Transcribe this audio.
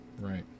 Right